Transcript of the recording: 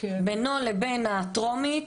בינו לבין הטרומית,